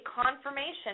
confirmation